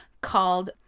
called